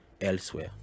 elsewhere